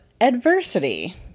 adversity